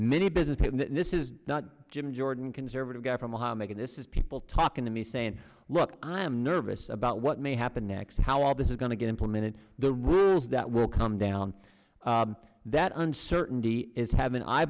many businesses this is not jim jordan conservative government making this is people talking to me saying look i'm nervous about what may happen next how all this is going to get implemented the rules that will come down that uncertainty is having i